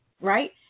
right